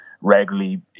regularly